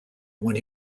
when